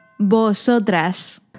Vosotras